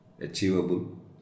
achievable